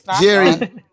Jerry